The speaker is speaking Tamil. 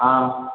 ஆ